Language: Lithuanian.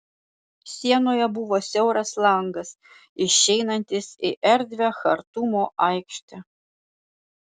sienoje buvo siauras langas išeinantis į erdvią chartumo aikštę